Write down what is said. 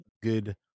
good